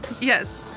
Yes